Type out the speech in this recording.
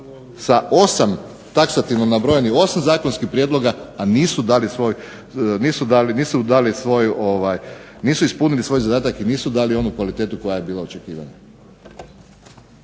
sa 8, taksativno nabrojanih 8 zakonskih prijedloga, a nisu ispunili svoj zadatak i nisu dali onu kvalitetu koja je bila očekivana.